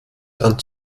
dann